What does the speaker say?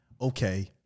okay